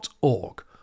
Org